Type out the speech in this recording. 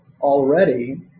Already